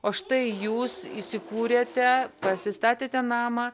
o štai jūs įsikūrėte pasistatėte namą